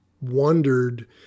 wondered